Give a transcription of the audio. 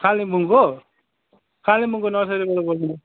कालिम्पोङको कालिम्पोङको नर्सरीबाट बोल्नु